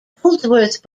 holdsworth